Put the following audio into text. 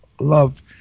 love